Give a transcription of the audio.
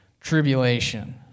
Tribulation